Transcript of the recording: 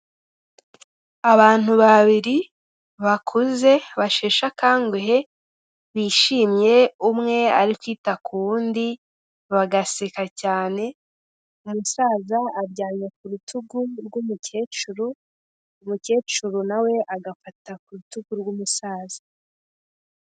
Abantu babiri bakuze basheshe akanguhe bishimye, umwe ari kwita ku wundi bagaseka cyane, umusaza aryamye ku rutugu rw'umukecuru, umukecuru na we agafata ku rutugu rw'umusaza.